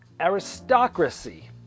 Aristocracy